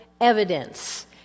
evidence